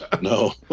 no